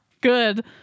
good